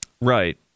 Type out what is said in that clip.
Right